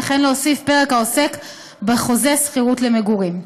וכן להוסיף פרק העוסק בחוזה שכירות למגורים.